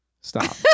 Stop